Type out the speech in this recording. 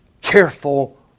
careful